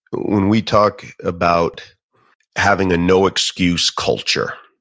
when we talk about having a no excuse culture,